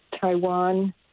Taiwan